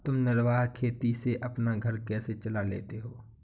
तुम निर्वाह खेती से अपना घर कैसे चला लेते हो?